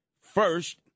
First